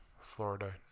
Florida